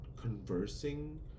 conversing